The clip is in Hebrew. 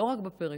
לא רק בפריפריה,